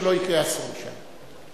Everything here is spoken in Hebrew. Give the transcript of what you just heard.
שלא יקרה אסון שם,